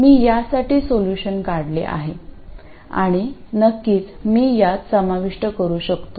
मी यासाठी सोल्युशन काढले आहे आणि नक्कीच मी यात समाविष्ट करू शकतो